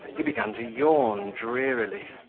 he began to yawn drearily,